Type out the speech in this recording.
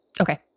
Okay